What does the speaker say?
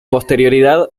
posterioridad